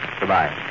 Goodbye